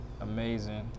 amazing